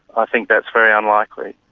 i think that's very unlikely.